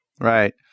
Right